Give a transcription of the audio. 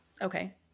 Okay